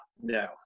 no